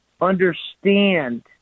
understand